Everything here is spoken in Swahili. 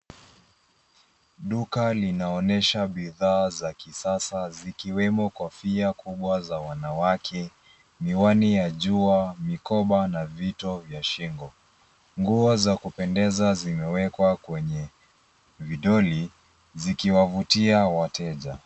Duka linaonyesha bidhaa za kisasa zikiwemo kofia kubwa za wanawake, miwani ya jua, mikoba na Vito vya shingo. Nguo za kupendeza zimewekwa kwenye vidoli zikiwavutia wateja.